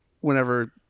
whenever